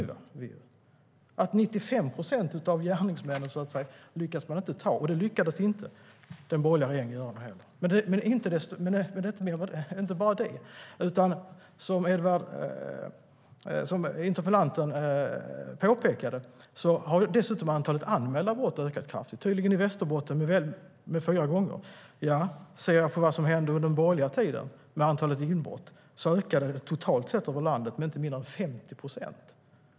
Man lyckas inte ta 95 procent av gärningsmännen, och mer lyckades inte heller den borgerliga regeringen göra. Men det är inte bara det. Som interpellanten påpekade har dessutom antalet anmälda brott ökat kraftigt, och tydligen med fyra gånger i Västerbotten. Ser jag på vad som hände med antalet inbrott under den borgerliga tiden ökade det totalt sett över landet med inte mindre än 50 procent.